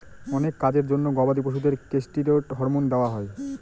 অনেক কাজের জন্য গবাদি পশুদের কেষ্টিরৈড হরমোন দেওয়া হয়